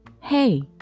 hey